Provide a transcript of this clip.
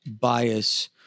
bias